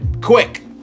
quick